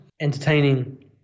entertaining